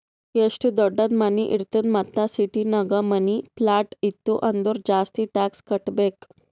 ಎಷ್ಟು ದೊಡ್ಡುದ್ ಮನಿ ಇರ್ತದ್ ಮತ್ತ ಸಿಟಿನಾಗ್ ಮನಿ, ಪ್ಲಾಟ್ ಇತ್ತು ಅಂದುರ್ ಜಾಸ್ತಿ ಟ್ಯಾಕ್ಸ್ ಕಟ್ಟಬೇಕ್